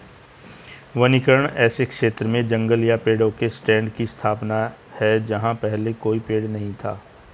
वनीकरण ऐसे क्षेत्र में जंगल या पेड़ों के स्टैंड की स्थापना है जहां पहले कोई पेड़ नहीं था